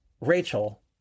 Rachel